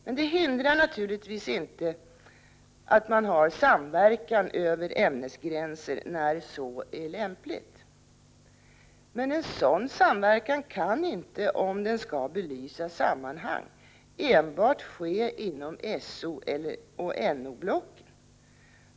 Men det hindrar naturligtvis inte att man samverkar över ämnesgränser när så är lämpligt. En sådan samverkan kan emellertid inte, om den skall belysa sammanhang, enbart ske inom SO och NO-blocken.